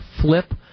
flip